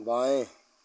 बाएं